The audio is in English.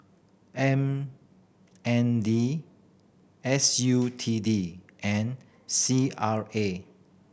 M N D S U T D and C R A